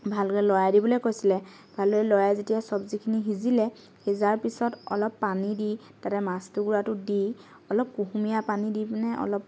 ভালকৈ লৰাই দিবলৈ কৈছিলে ভালদৰে লৰাই যেতিয়া চব্জিখিনি সিজিলে সিজাৰ পিছত অলপ পানী দি তাতে মাছ টুকুৰাটো দি অলপ কুহুমীয়া পানী দি পিনে অলপ